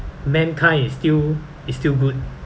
mankind is still is still good